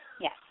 Yes